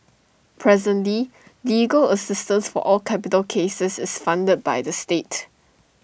presently legal assistance for all capital cases is funded by the state